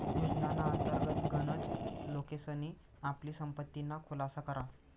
योजनाना अंतर्गत गनच लोकेसनी आपली संपत्तीना खुलासा करा